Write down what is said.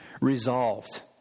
Resolved